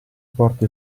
porti